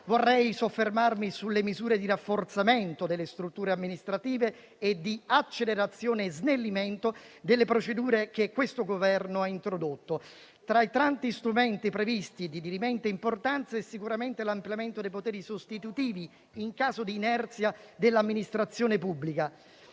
vorrei soffermarmi sulle misure di rafforzamento delle strutture amministrative e di accelerazione e snellimento delle procedure che questo Governo ha introdotto. Tra i tanti strumenti previsti, di dirimente importanza è sicuramente l'ampliamento dei poteri sostitutivi in caso di inerzia dell'amministrazione pubblica.